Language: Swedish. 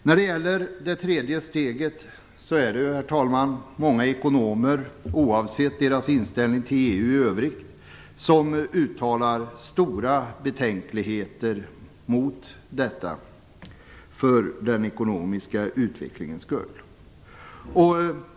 När det gäller det tredje steget är det många ekonomer som, oavsett deras inställning till EU i övrigt, med tanke på den ekonomiska utvecklingen uttalar stora betänkligheter mot detta.